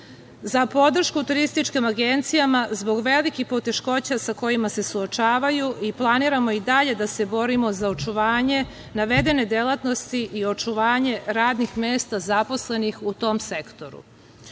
za podršku turističkim agencijama zbog velikih poteškoća sa kojima se suočavaju i planiramo i dalje da se borimo za očuvanje navedene delatnosti i očuvanje radnih mesta zaposlenih u tom